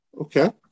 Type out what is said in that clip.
Okay